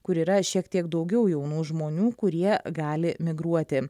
kur yra šiek tiek daugiau jaunų žmonių kurie gali migruoti